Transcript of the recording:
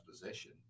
possession